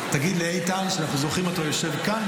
תגיד לאיתן שאנחנו זוכרים אותו יושב כאן,